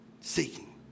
seeking